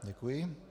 Děkuji.